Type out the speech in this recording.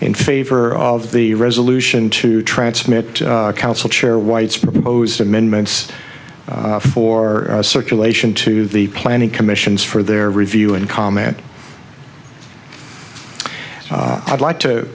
in favor of the resolution to transmit council chair white's proposed amendments for circulation to the planning commissions for their review and comment i'd like